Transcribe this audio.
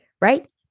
Right